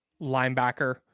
linebacker